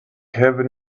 heaven